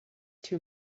too